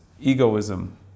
egoism